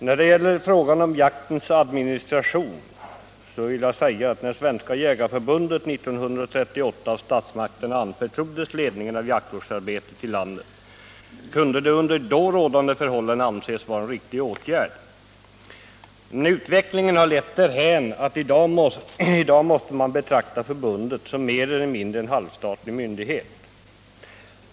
När det gäller frågan om jaktens administration vill jag säga, att när Svenska jägareförbundet 1938 av statsmakterna anförtroddes ledningen av jaktvårdsarbetet i landet kunde det under då rådande förhållanden anses vara en riktig åtgärd. Utvecklingen har emellertid lett därhän att man i dag måste betrakta förbundet mer eller mindre som en halvstatlig myndighet.